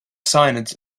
synods